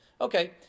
Okay